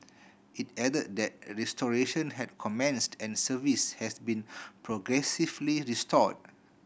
it added that restoration had commenced and service has been progressively restored